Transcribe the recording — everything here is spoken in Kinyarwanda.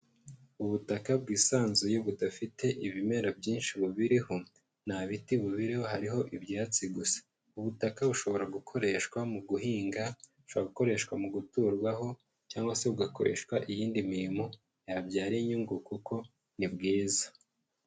Ubutaka bwisanzuye budafite ibimera byinshi bubiriho, nta biti bubiriho hariho ibyatsi gusa, ubutaka bushobora gukoreshwa mu guhinga, bushobora gukoreshwa mu guturwaho cyangwa se bugakoreshwa iyindi mirimo yabyara inyungu kuko ni bwiza.